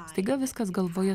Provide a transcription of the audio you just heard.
staiga viskas galvoje